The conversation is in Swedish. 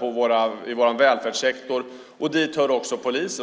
och vår välfärdssektor; dit hör också polisen.